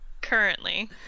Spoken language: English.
Currently